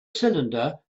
cylinder